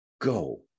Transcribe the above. go